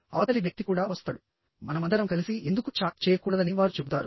అవతలి వ్యక్తి కూడా వస్తాడు మనమందరం కలిసి ఎందుకు చాట్ చేయకూడదని వారు చెబుతారు